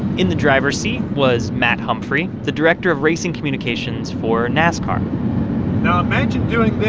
in the driver's seat was matt humphrey, the director of racing communications for nascar now imagine doing